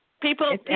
People